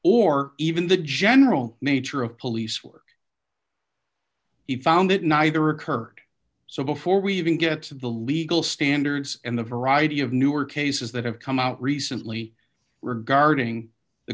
or even the general nature of police work he found that neither occurred so before we even get to the legal standards and the variety of newer cases that have come out recently regarding the